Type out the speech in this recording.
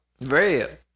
Red